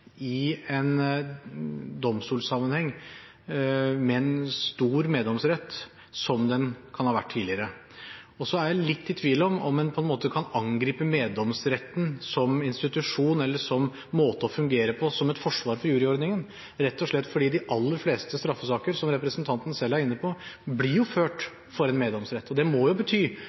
i en domstolsammenheng med en stor meddomsrett som den kan ha vært tidligere. Og så er jeg litt i tvil om om en på en måte kan angripe meddomsretten som institusjon eller som måte å fungere på som et forsvar for juryordningen, rett og slett fordi de aller fleste straffesaker, som representanten selv er inne på, jo blir